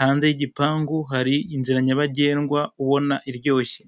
hanze y'igipangu hari inzira nyabagendwa ubona iryoshye.